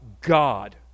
God